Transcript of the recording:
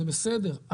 זה בסדר,